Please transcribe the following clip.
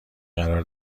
قرار